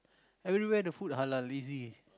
everywhere the food halal easy